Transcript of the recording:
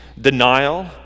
denial